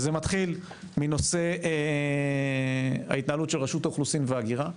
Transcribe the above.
זה מתחיל מנושא ההתנהלות של רשות האוכלוסין וההגירה.